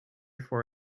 for